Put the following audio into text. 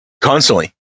constantly